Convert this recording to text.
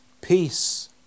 peace